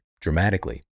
dramatically